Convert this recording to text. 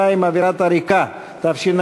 72) (עבירת עריקה), התשע"ד